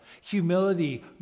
humility